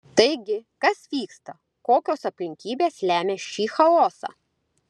taigi kas vyksta kokios aplinkybės lemia šį chaosą